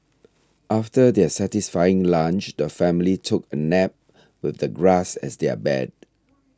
after their satisfying lunch the family took a nap with the grass as their bed